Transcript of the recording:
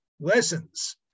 lessons